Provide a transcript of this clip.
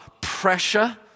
pressure